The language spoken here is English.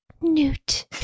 Newt